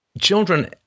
children